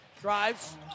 Drives